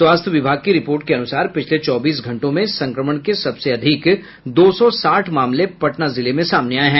स्वास्थ्य विभाग की रिपोर्ट के अनुसार पिछले चौबीस घंटों में संक्रमण के सबसे अधिक दो सौ साठ मामले पटना जिले में सामने आये है